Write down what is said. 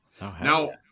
Now